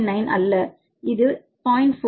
9 அல்ல இது O 4